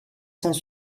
cent